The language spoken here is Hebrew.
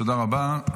תודה רבה.